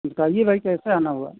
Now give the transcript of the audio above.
बताइए भाई कैसे आना हुआ